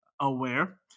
aware